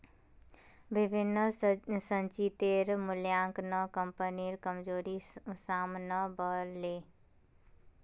विभिन्न संचितेर मूल्यांकन स कम्पनीर कमजोरी साम न व ले